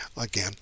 again